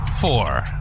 four